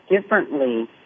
differently